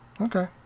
Okay